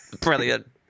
Brilliant